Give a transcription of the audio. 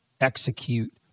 execute